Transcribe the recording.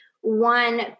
one